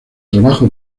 trabajo